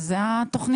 לא.